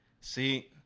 See